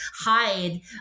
hide